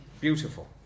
beautiful